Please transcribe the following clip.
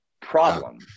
problem